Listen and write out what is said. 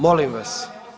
Molim vas.